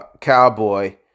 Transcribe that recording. Cowboy